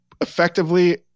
effectively